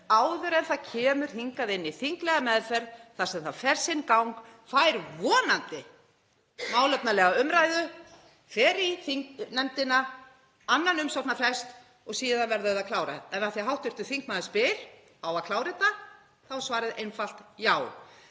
áður en það kemur hingað inn í þinglega meðferð þar sem það fer sinn gang, fær vonandi málefnalega umræðu, fer í þingnefndina, annan umsagnarfrest og síðan verður það klárað. En af því að hv. þingmaður spyr: Á að klára þetta? þá er svarið einfalt: Já.